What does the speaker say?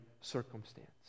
circumstance